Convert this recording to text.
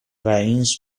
raïms